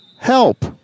Help